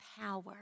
power